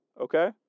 Okay